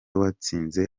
watsinze